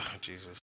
Jesus